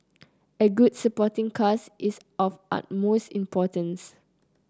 a good supporting cast is of utmost importance